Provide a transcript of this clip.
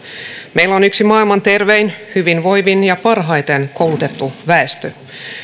meillä on yksi maailman terveimpiä hyvinvoivimpia ja parhaiten koulutettuja väestöjä